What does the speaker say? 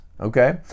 okay